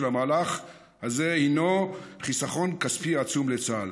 המהלך הזה הינו חיסכון כספי עצום לצה"ל,